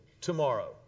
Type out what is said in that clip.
tomorrow